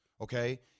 okay